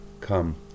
come